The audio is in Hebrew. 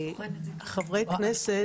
בדיונים שהיו אז בכנסת